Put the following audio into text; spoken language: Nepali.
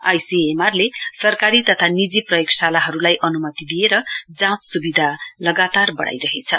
आइसीएमआरले सरकारी तथा निजी प्रयोगशालाहरूलाई अन्मति दिएर जाँच स्विधामा लगातार बढाइरहेछ